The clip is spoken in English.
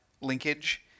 linkage